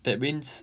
that means